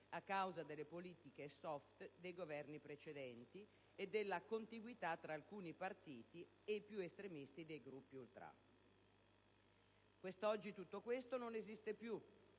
a causa delle politiche *soft* dei Governi precedenti e della contiguità tra alcuni partiti e i più estremisti dei gruppi ultras. Quest'oggi tutto ciò non esiste più.